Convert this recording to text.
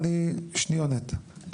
שניונת,